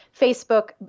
Facebook